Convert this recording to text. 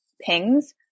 pings